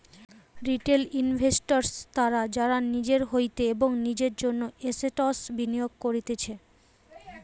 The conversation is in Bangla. রিটেল ইনভেস্টর্স তারা যারা নিজের হইতে এবং নিজের জন্য এসেটস বিনিয়োগ করতিছে